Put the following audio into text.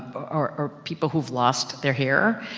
but or people who've lost their hair,